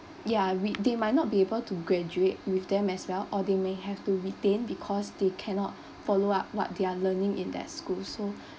ya ret~ they might not be able to graduate with them as well or they may have to retain because they cannot follow up what they are learning in their school so